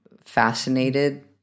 fascinated